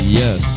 yes